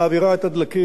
את סוגי הדלק,